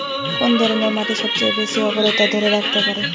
কোন ধরনের মাটি সবচেয়ে বেশি আর্দ্রতা ধরে রাখতে পারে?